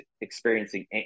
experiencing